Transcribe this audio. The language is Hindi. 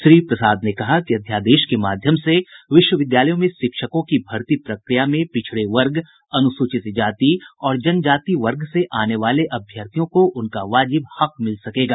श्री प्रसाद ने कहा कि अध्यादेश के माध्यम से विश्वविद्यालयों में शिक्षकों की भर्ती प्रक्रिया में पिछड़े वर्ग अनुसूचित जाति और जनजाति वर्ग से आने वाले अभ्यर्थियों को उनका वाजिब हक मिल सकेगा